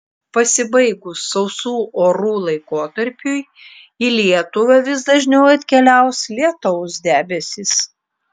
pasibaigus sausų orų laikotarpiui į lietuvą vis dažniau atkeliaus lietaus debesys